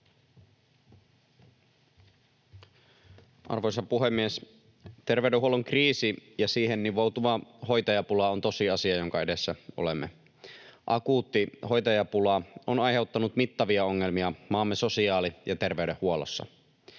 Arvoisa puhemies! Terveydenhuollon kriisi ja siihen nivoutuva hoitajapula ovat tosiasioita, joiden edessä olemme. Akuutti hoitajapula on aiheuttanut mittavia ongelmia maamme sosiaali- ja terveydenhuollossa.